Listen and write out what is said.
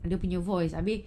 dia punya your voice habis